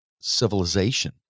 civilization